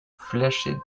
fleshy